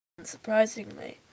Unsurprisingly